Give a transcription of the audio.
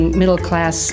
middle-class